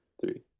three